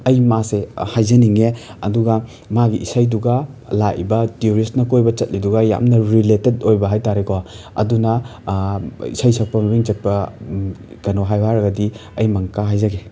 ꯑꯩ ꯃꯥꯁꯦ ꯍꯥꯏꯖꯅꯤꯡꯉꯦ ꯑꯗꯨꯒ ꯃꯥꯒꯤ ꯏꯁꯩꯗꯨꯒ ꯂꯥꯛꯏꯕ ꯇꯨꯔꯤꯁꯅ ꯀꯣꯏꯕ ꯆꯠꯂꯤꯗꯨꯒ ꯌꯥꯝꯅ ꯔꯤꯂꯦꯇꯦꯠ ꯑꯣꯏꯕ ꯍꯥꯏ ꯇꯥꯔꯦꯀꯣ ꯑꯗꯨꯅ ꯏꯁꯩ ꯁꯛꯄ ꯃꯃꯤꯡ ꯆꯠꯄ ꯀꯩꯅꯣ ꯍꯥꯏꯌꯨ ꯍꯥꯏꯔꯒꯗꯤ ꯑꯩ ꯃꯪꯀꯥ ꯍꯥꯏꯖꯒꯦ